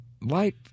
light